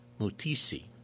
Mutisi